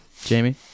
Jamie